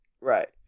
Right